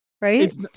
right